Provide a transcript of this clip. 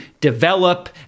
develop